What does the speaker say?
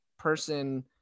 person